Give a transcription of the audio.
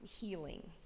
healing